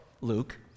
Luke